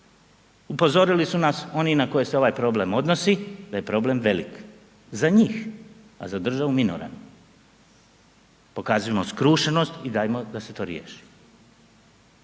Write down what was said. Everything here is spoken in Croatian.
Upozorili su nas oni na koje se ovaj problem odnosi da je problem velik za njih, a za državu minoran. Pokazujmo skrušenost i dajmo da se to riješi.